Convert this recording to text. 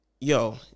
Yo